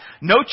no